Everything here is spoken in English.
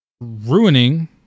ruining